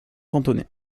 cantonais